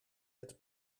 het